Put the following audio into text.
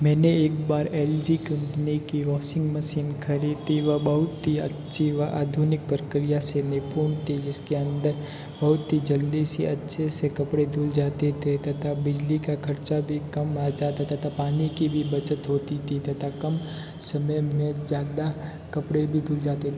मैंने एक बार एल जी कंपनी की वॉसिंग मसीन ख़रीदी वह बहुत ही अच्छी वह आधुनिक प्रक्रिया से निपुण थी जिस के अंदर बहुत ही जल्दी से अच्छे से कपड़े धुल जाते थे तथा बिजली का खर्चा भी कम आ जाता था तथा पानी की भी बचत होती थी तथा कम समय में ज़्यादा कपड़े भी धूल जाते थे